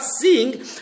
seeing